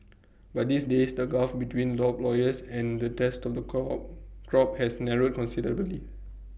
but these days the gulf between lop lawyers and the test of the cop crop has narrowed considerably